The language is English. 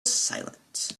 silent